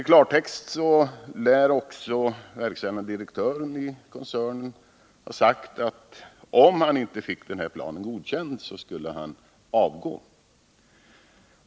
I klartext lär också verkställande direktören i koncernen ha sagt att om han inte fick den här planen godkänd skulle han avgå.